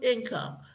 income